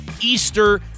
Easter